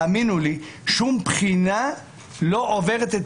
אז האמינו לי ששום בחינה לא עוברת את